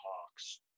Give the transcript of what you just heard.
Hawks